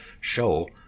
show